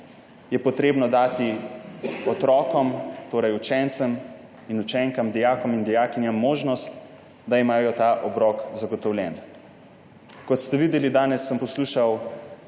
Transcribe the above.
je treba dati otrokom, torej učencem in učenkam, dijakom in dijakinjam, možnost, da imajo ta obrok zagotovljen. Kot ste videli, danes sem poslušal